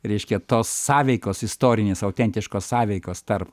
reiškia tos sąveikos istorinės autentiškos sąveikos tarp